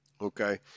Okay